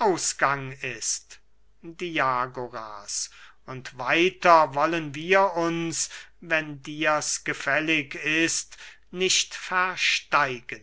ausgang ist diagoras und weiter wollen wir uns wenn dirs gefällig ist nicht versteigen